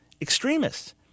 extremists